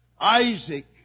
Isaac